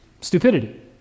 stupidity